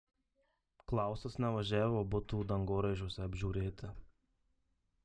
klausas nevažiavo butų dangoraižiuose apžiūrėti